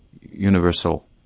universal